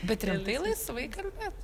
bet rimtai laisvai kalbėt